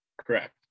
correct